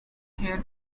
here